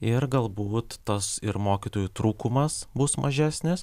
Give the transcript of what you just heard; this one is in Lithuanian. ir galbūt tas ir mokytojų trūkumas bus mažesnis